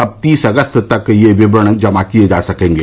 अब तीस अगस्त तक ये विवरण जमा किए जा सकेंगे